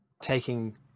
taking